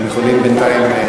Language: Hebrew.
אז למה אתה מתערב,